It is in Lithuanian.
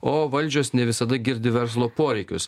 o valdžios ne visada girdi verslo poreikius